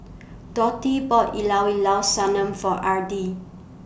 Dotty bought Llao Llao Sanum For Edrie